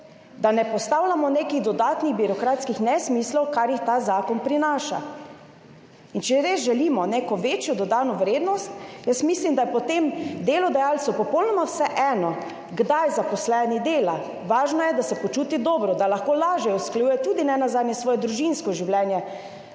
da ne postavljamo nekih dodatnih birokratskih nesmislov, kar ta zakon prinaša. In če res želimo neko večjo dodano vrednost, jaz mislim, da je potem delodajalcu popolnoma vseeno, kdaj zaposleni dela, važno je, da se počuti dobro, da lahko lažje usklajuje tudi nenazadnje svoje družinsko življenje